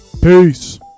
peace